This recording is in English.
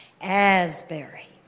Asbury